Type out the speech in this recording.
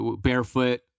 barefoot